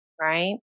right